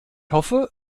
hoffe